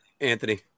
Anthony